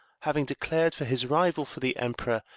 having declared for his rival for the empire,